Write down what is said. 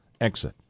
exit